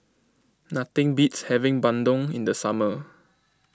nothing beats having Bandung in the summer